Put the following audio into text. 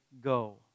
go